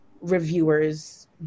reviewers